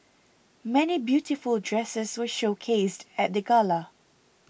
many beautiful dresses were showcased at the gala